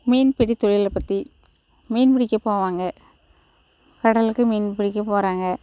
மீன்பிடி தொழிலை பற்றி மீன் பிடிக்க போவாங்க கடலுக்கு மீன் பிடிக்க போகிறாங்க